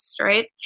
right